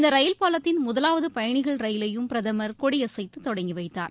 இந்த ரயில் பாலத்தின் முதலாவது பயணிகள் ரயிலையும் பிரதமர் கொடிசைத்து தொடங்கிவைத்தார்